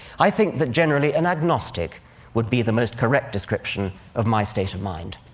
i think that generally an agnostic would be the most correct description of my state of mind.